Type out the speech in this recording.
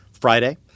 Friday